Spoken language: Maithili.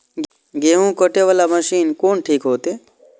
गेहूं कटे वाला मशीन कोन ठीक होते?